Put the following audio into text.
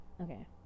okay